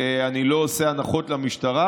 ואני לא עושה הנחות למשטרה,